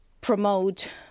promote